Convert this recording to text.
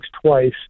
twice